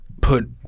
put